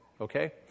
Okay